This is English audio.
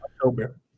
October